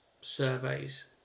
surveys